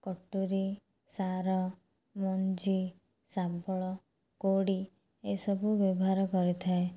କଟୁରୀ ସାର ମଞ୍ଜି ଶାବଳ କୋଡ଼ି ଏସବୁ ବ୍ୟବହାର କରିଥାଏ